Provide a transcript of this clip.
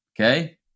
Okay